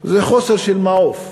זה חוסר מעוף,